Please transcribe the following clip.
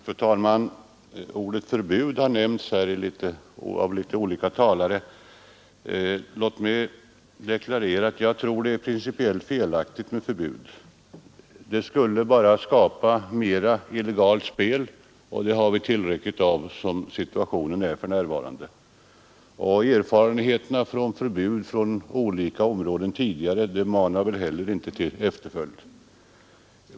Fru talman! Ordet ”förbud” har nämnts här av olika talare. Låt mig deklarera att jag tror att det är principiellt felaktigt med förbud. Ett sådant skulle bara skapa mer illegalt spel, och det har vi redan tillräckligt av. Erfarenheten av tidigare förbud på olika områden manar väl inte heller till efterföljd.